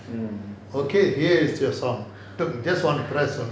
okay here's to us on the just want pretzel